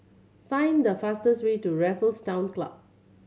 find the fastest way to Raffles Town Club